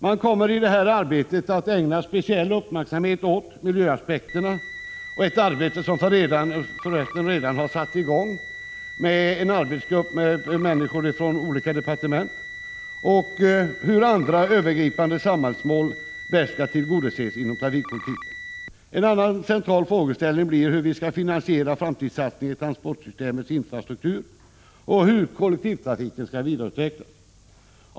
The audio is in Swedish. Man kommer i det arbetet att ägna speciell uppmärksamhet åt miljöaspekterna — ett arbete som för resten redan har satts i gång med en arbetsgrupp med människor från olika departement — och hur andra övergripande samhällsmål bäst skall tillgodoses inom trafikpolitiken. En annan central frågeställning blir hur vi skall finansiera en framtidssatsning i transportsystemets infrastruktur och hur kollektivtrafiken skall vidareutvecklas.